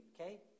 okay